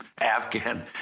Afghan